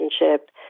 relationship